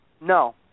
No